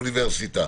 באוניברסיטה.